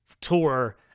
tour